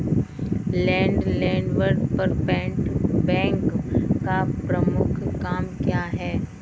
Land development bank का प्रमुख काम क्या है?